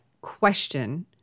question